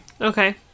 Okay